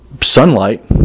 sunlight